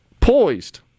poised